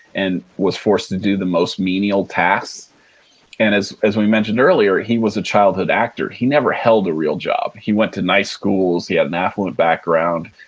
and was forced to do the most menial tasks and as as we mentioned earlier, he was a childhood actor. he never held a real job. he went to night schools. he had an affluent background.